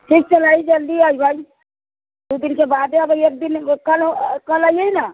ठीक छै वही जल्दी अइबै दू दिन के बादे अबै एक दिन कल कल अइयै न